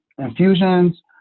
infusions